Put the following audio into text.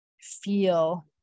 feel